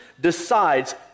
decides